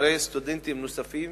כפרי סטודנטים נוספים